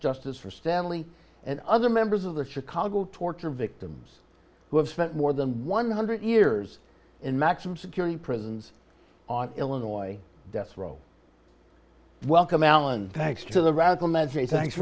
justice for stanley and other members of the chicago torture victims who have spent more than one hundred years in maximum security prisons on illinois death row welcome alan thanks to the radical measures thanks